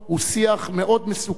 הוא שיח מאוד מסוכן.